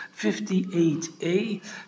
58a